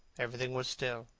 everything was still.